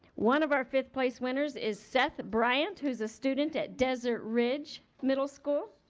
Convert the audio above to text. one of our fifth place winners is seth bryant who is a student at desert ridge middle school.